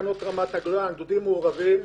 מחנות רמת הגולן, גדודים מעורבים.